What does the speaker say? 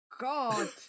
God